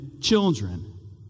children